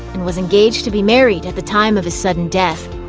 and was engaged to be married at the time of his sudden death.